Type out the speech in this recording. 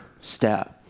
step